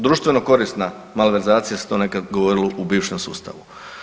Društveno korisna malverzacija se to nekad govorilo u bivšem sustavu.